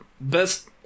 best